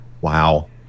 Wow